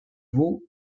vaud